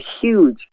huge